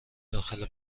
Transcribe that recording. داخل